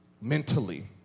mentally